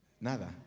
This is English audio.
Nada